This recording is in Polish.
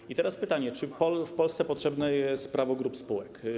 I teraz pytanie: Czy w Polsce potrzebne jest prawo grup spółek?